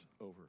over